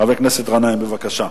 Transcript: חבר הכנסת גנאים, בבקשה.